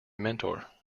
mentor